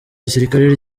gisirikare